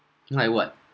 like what